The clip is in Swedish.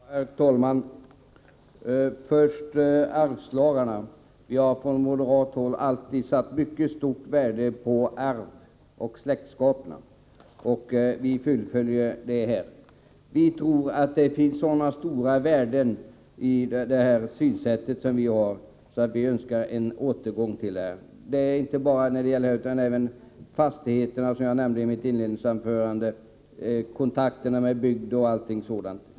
Herr talman! Först arvslagarna: Vi har från moderat håll alltid satt mycket stort värde på arv och släktskap. Vi fullföljer detta här. Vi tror att det finns så stora förtjänster med vårt synsätt att vi önskar en återgång till de tidigare reglerna om släktförvärv. Jag tänker här inte bara på fastigheterna, utan, som jag nämnde i mitt inledningsanförande, också på kontakterna med bygden och allting sådant.